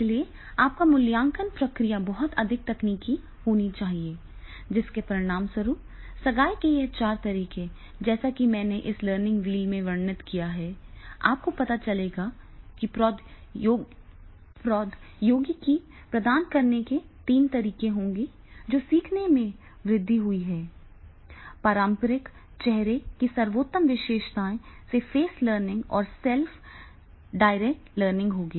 इसलिए आपकी मूल्यांकन प्रक्रिया बहुत अधिक तकनीकी होनी चाहिए जिसके परिणामस्वरूप सगाई के यह चार तरीके जैसा कि मैंने इस लर्निंग व्हील में वर्णित किया है आपको पता चलेगा कि प्रौद्योगिकी प्रदान करने के तीन तरीके होंगे जो सीखने में वृद्धि हुई है पारंपरिक चेहरे की सर्वोत्तम विशेषताएं से फेस लर्निंग और सेल्फ डायरेक्टेड लर्निंग होगी